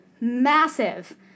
massive